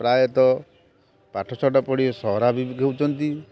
ପ୍ରାୟତଃ ପାଠଶାଠ ପଢ଼ି ସହରାଭିମୁଖୀ ହେଉଛନ୍ତି